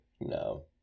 no